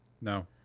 No